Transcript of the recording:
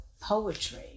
poetry